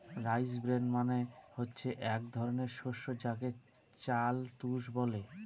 rice bran মানে হচ্ছে এক ধরনের শস্য যাকে চাল তুষ বলে